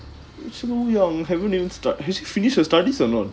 so young haven't even start she finished her studies or not